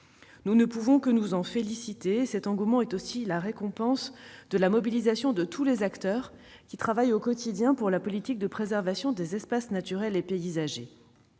Nous ne pouvons que nous en féliciter ; cet engouement est aussi la récompense de la mobilisation de tous les acteurs qui travaillent au quotidien pour la politique de préservation des espaces naturels et paysagers.